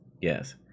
Yes